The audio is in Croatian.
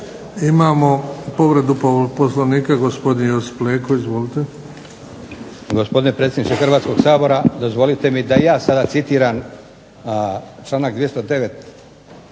Imamo povredu Poslovnika gospodin Josip Leko. Izvolite.